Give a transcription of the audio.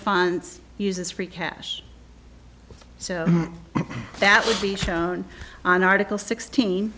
funds uses free cash so that would be shown on article sixteen